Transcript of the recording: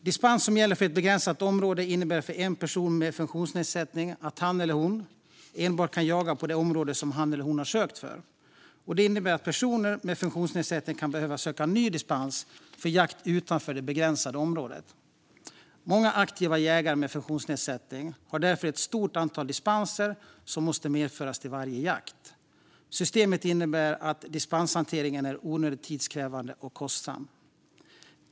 Dispens som gäller för ett begränsat område innebär för en person med funktionsnedsättning att han eller hon enbart kan jaga på det område som han eller hon har sökt dispens för. Det innebär att personer med funktionsnedsättning kan behöva söka ny dispens för jakt utanför det begränsade området. Många aktiva jägare med funktionsnedsättning har därför ett stort antal dispenser som måste medföras till varje jakt. Systemet innebär att dispenshanteringen är onödigt tidskrävande och kostsam.